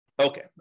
Okay